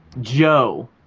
Joe